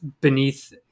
beneath